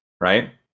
right